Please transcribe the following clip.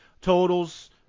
totals